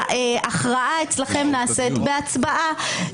ההכרעה אצלכם נעשית בהצבעה,